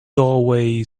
doorway